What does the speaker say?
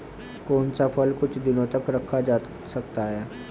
कौन सा फल कुछ दिनों तक रखा जा सकता है?